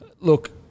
Look